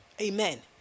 Amen